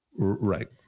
Right